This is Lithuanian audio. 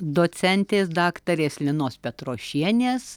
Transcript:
docentės daktarės linos petrošienės